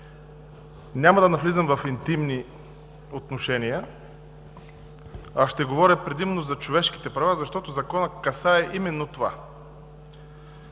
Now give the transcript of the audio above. Няма да навлизам в интимни отношения, а ще говоря предимно за човешките права, защото Законът касае именно това.